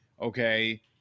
okay